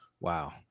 Wow